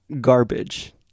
garbage